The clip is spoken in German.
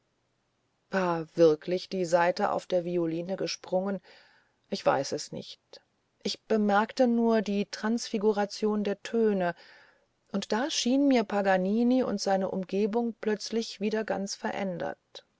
war wirklich die saite auf der violine gesprungen ich weiß nicht ich bemerkte nur die transfiguration der töne und da schien mir paganini und seine umgebung plötzlich wieder ganz verändert